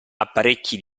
apparecchi